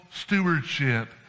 stewardship